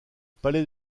palais